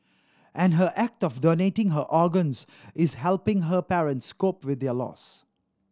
and her act of donating her organs is helping her parents cope with their loss